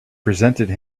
presented